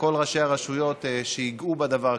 שכל ראשי הרשויות שייגעו בדבר,